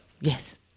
yes